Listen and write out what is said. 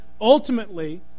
ultimately